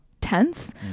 tense